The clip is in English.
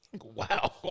Wow